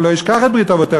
ולא ישכח את ברית אבֹתיך,